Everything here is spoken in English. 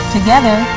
Together